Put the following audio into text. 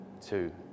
two